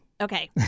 Okay